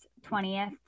20th